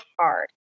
hard